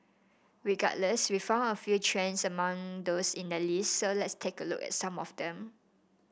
regardless we found a few trends among those in the list so let's take a look at some of them